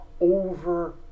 over